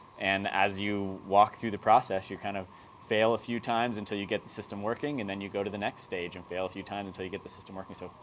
and as you walk through the process, you kind of fail a few times until you get the system working and then you go to the next stage and fail a few times until you get the system working, so,